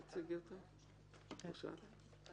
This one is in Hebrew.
דנים פה בהצעת חוק של חברי הכנסת: רויטל סויד,